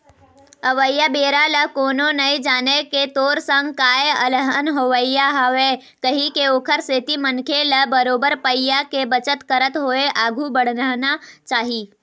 अवइया बेरा ल कोनो नइ जानय के तोर संग काय अलहन होवइया हवय कहिके ओखर सेती मनखे ल बरोबर पइया के बचत करत होय आघु बड़हना चाही